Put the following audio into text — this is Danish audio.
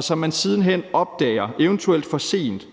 som man siden hen opdager, eventuelt for sent,